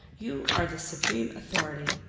you are the supreme authority.